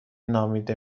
نامیده